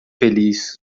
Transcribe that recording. feliz